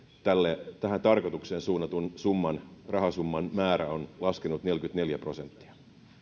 tähän tarkoitukseen suunnatun rahasumman määrä on laskenut neljäkymmentäneljä prosenttia